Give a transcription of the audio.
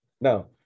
now